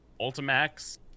Ultimax